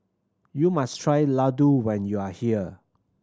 you must try Ladoo when you are here